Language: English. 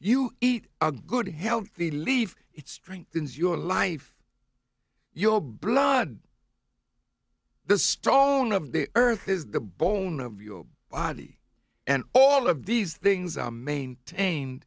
you eat a good healthy leave it strengthens your life your blood the strong of the earth is the bone of your body and all of these things are maintain